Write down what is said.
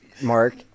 Mark